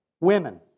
Women